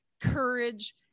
courage